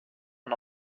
man